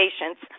patients